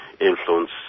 influence